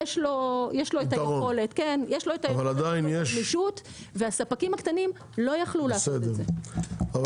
יש לו היכולת לגמישות והספקים הקטנים לא יכלו לעשות את זה.